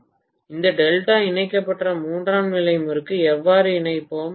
மாணவர் இந்த டெல்டா இணைக்கப்பட்ட மூன்றாம் நிலை முறுக்கு எவ்வாறு இணைப்போம்